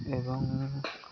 ଏବଂ